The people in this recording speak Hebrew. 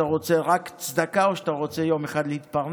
אתה רוצה רק צדקה או שאתה רוצה יום אחד להתפרנס?